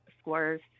scores